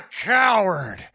coward